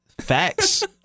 facts